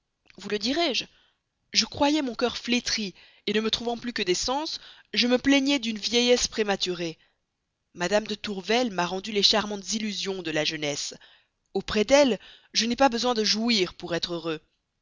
vous le dirai-je je croyais mon cœur flétri et ne me trouvant plus que des sens je me plaignais d'une vieillesse prématurée mme de tourvel m'a rendu les charmantes illusions de la jeunesse auprès d'elle je n'ai pas besoin de jouir pour être heureux